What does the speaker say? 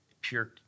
pure